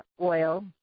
oil